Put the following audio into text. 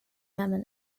yemen